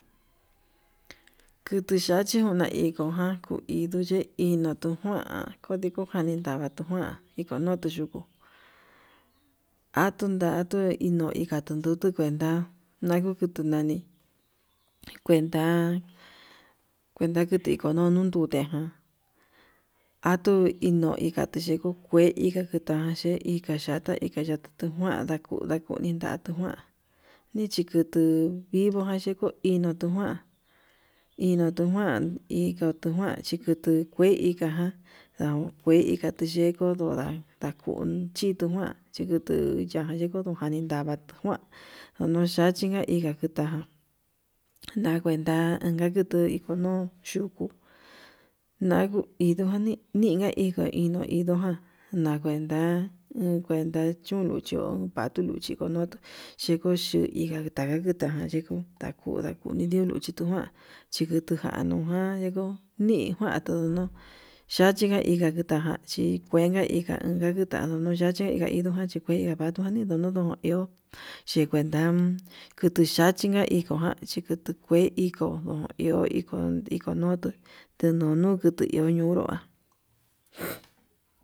Kutuyachi chiunaditu ján kuinuye kuinutu kuan konitu kuanatu njuan ikonutu yukuu, atunatu inka ndita tundutu kuenta nakuu kutu nani kuenta kuenta ndikonono tute ján atuu ikatu chinku kue'i, ika kuteyachi ikaya ya ika yatukuanda ndakuu nditatu kuan nichitu vivojan chikuu, ino tuu njuan inotukuan indotu kuan chikutu kue ika ndau kue ikatu ye'í yondo ndorna nakun chituu ndujuan ndikutu ña'a ndiko niyavatu njuan, nonnoyachi inka kuta'á na kuenta akituu inkuu nuu chuku anduu indomi inka indo inko ján akuenta uu kuenta chún yo'ó uu vatuu luchi kunutu chiko'o xhika ka'a ita ján chiko ndakuu ndakuni ndio luchi tuján chikuu tujanu ján dno nii kuan tudunuu yachinga kuta inka kuachí, kuenta inka itanduu yachi inka indu jan chikue nakuan anduanii ndudu iho xhi kuenta uku yachinga iko'ó kuan chi utu kue inko'o ndo'o no iho iko iko nutu teñoñu ito ñonróa.